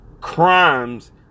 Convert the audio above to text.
crimes